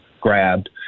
grabbed